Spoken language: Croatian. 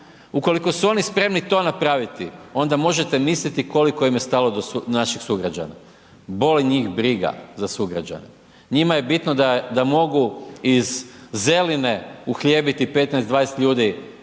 Ukoliko su oni spremni to napraviti, onda možete misliti koliko im je stalo do naših sugrađana, boli njih briga za sugrađane, njima je bitno da mogu iz Zeline uhljebiti 15, 20 ljudi